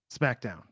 SmackDown